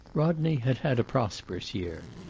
rodney had had a prosperous year,